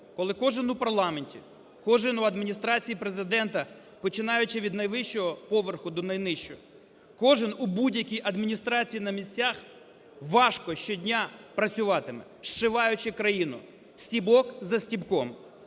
коли кожен у парламенті, кожен в Адміністрації Президента, починаючи від найвищого поверху до найнижчого, кожен у будь-якій адміністрації на місцях важко щодня працюватиме, зшиваючи країну, стібок за стібком,